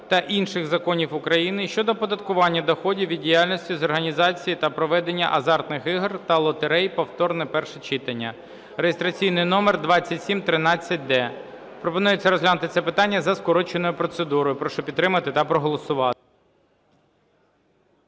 та інших законів України щодо оподаткування доходів від діяльності з організації та проведення азартних ігор та лотерей (повторне перше читання) (реєстраційний номер 2713-д). Пропонується розглянути це питання за скороченою процедурою. Прошу підтримати та проголосувати.